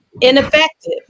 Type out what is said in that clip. ineffective